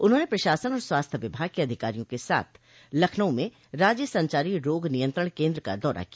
उन्होंने प्रशासन और स्वास्थ्य विभाग के अधिकारियों के साथ लखनऊ में राज्य संचारो रोग नियंत्रण केन्द्र का दौरा किया